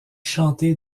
chanté